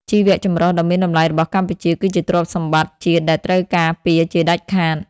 ជីវចម្រុះដ៏មានតម្លៃរបស់កម្ពុជាគឺជាទ្រព្យសម្បត្តិជាតិដែលត្រូវការពារជាដាច់ខាត។